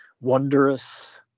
Wondrous